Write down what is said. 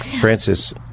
Francis